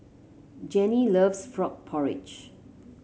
Janie loves Frog Porridge